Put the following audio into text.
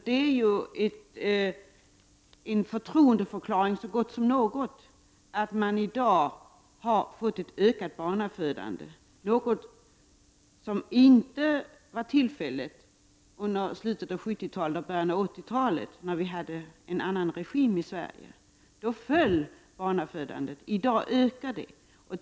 Det är en förtroendeförklaring så gott som någon att vi i dag har fått ett ökat barnafödande, något som inte var fallet under slutet av 70-talet och början av 80-talet, när vi hade en annan regim i Sverige. Då föll barnafödandet, i dag ökar det.